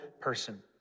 person